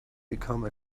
become